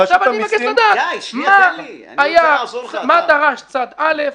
אני מבקש עכשיו לדעת מה דרש צד א',